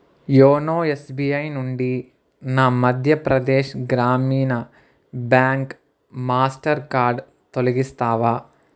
YONO SBI నుండి నా మధ్యప్రదేశ్ గ్రామీణ బ్యాంక్ మాస్టర్ కార్డు తొలగిస్తావా